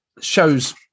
shows